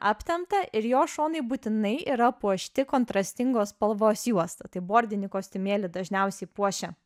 aptemptą ir jo šonai būtinai yra puošti kontrastingos spalvos juosta tai bordinį kostiumėlį dažniausiai puošia